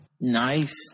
Nice